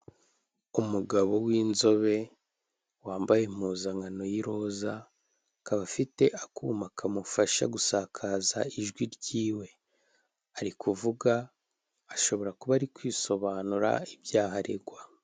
Umugabo w'inzobe wambaye impuzankano y'iroza, akaba afite akuma kamufasha gusakaza ijwi ryiwe, ari kuvuga ashobora kuba ari kwisobanura ibyaha aregwa.